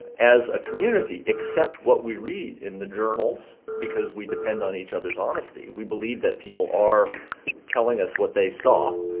as a community, accept what we read in the journals because we depend on each other's honesty, we believe that people are telling us what they saw.